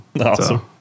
awesome